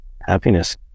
Happiness